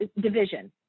division